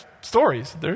stories